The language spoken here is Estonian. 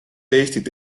eestit